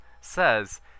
says